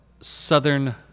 southern